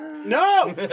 No